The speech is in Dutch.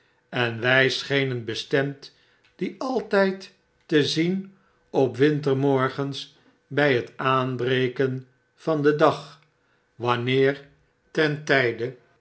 en wj schenen bestemd die altyd te zien op wintermorgens bg het aanbreken van den dag wanneer ten tpe